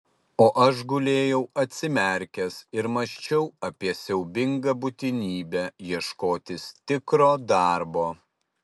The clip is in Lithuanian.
o aš gulėjau atsimerkęs ir mąsčiau apie siaubingą būtinybę ieškotis tikro darbo